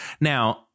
Now